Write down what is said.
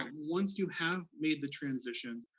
um once you have made the transition,